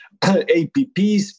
APPs